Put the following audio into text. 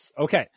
Okay